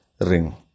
ring